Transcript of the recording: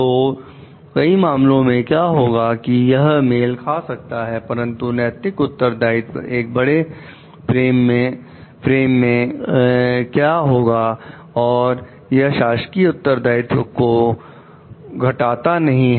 तो कई मामलों में क्या होगा कि यह मेल खा सकता है परंतु नैतिक उत्तरदायित्व एक बड़े प्रेम में क्या होगा और यह शासकीय उत्तरदायित्व को घटाता नहीं है